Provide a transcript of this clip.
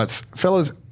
Fellas